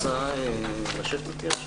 הישיבה ננעלה